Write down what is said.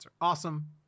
awesome